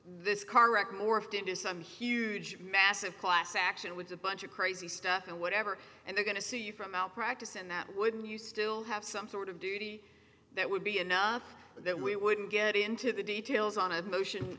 this car wreck morphed into some huge massive class action with a bunch of crazy stuff and whatever they're going to see from out practice and that wouldn't you still have some thought of duty that would be enough that we wouldn't get into the details on a motion